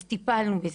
אז טיפלנו בזה,